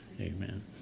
Amen